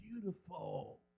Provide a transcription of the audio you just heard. beautiful